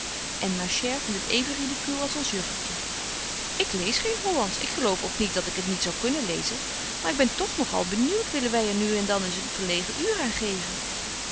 en ma chere vindt het even ridicul als ons juffertje ik lees geen hollandsch ik geloof ook niet dat ik het zou kunnen lezen maar ik ben toch nog al benieuwt willen wy er nu en dan eens een verlegen uur aan geven